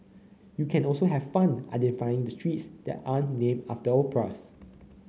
you can also have fun identifying the streets that aren't named after operas